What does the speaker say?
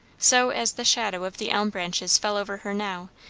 so as the shadow of the elm branches fell over her now,